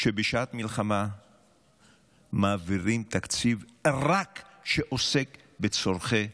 שבשעת מלחמה מעבירים תקציב שעוסק רק בצורכי מלחמה.